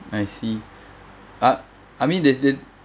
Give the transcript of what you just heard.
I see uh I mean th~ that